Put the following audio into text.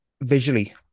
visually